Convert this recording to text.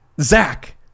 Zach